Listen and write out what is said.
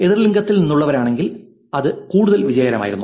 എതിർലിംഗത്തിൽ നിന്നുള്ളവരാണെങ്കിൽ അത് കൂടുതൽ വിജയകരമായിരുന്നു